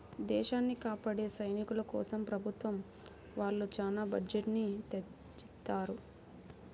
దేశాన్ని కాపాడే సైనికుల కోసం ప్రభుత్వం వాళ్ళు చానా బడ్జెట్ ని తెచ్చిత్తారు